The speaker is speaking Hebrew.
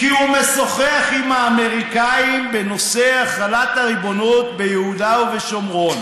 כי הוא משוחח עם האמריקנים בנושא החלת הריבונות ביהודה ובשומרון.